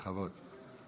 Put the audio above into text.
בכבוד.